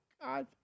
God